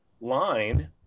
line